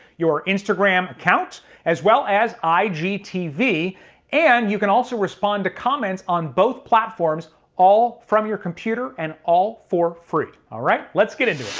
your instagram account as well as igtv and you can also respond to comments on both platforms all from your computer and all for free. all right, let's get into it.